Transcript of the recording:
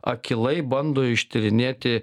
akylai bando ištyrinėti